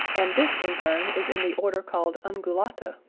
and this in turn is in the order called ungulata,